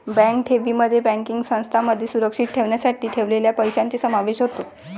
bank ठेवींमध्ये banking संस्थांमध्ये सुरक्षित ठेवण्यासाठी ठेवलेल्या पैशांचा समावेश होतो